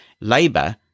Labour